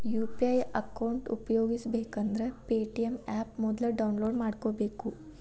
UPI account ಉಪಯೋಗಿಸಬೇಕಂದ್ರ Paytm app ಮೊದ್ಲ download ಮಾಡ್ಕೋಬೇಕು